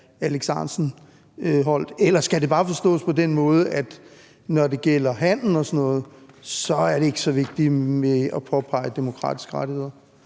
Alex Ahrendtsen holdt. Eller skal det bare forstås på den måde, at når det gælder handel og sådan noget, så er det ikke så vigtigt at påpege demokratiske rettigheder?